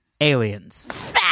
aliens